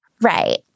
Right